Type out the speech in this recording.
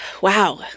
Wow